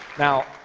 now,